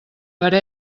per